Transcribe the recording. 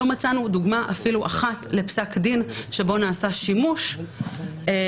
לא מצאנו דוגמה אפילו אחת לפסק דין שבו נעשה שימוש בפסיקה,